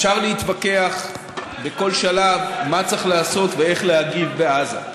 אפשר להתווכח בכל שלב מה צריך לעשות ואיך צריך להגיב בעזה,